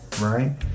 right